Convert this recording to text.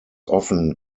often